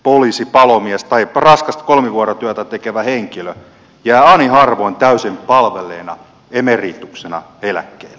poliisi palomies tai raskasta kolmivuorotyötä tekevä henkilö jää ani harvoin täysin palvelleena emerituksena eläkkeelle